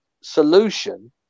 solution